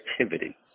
activity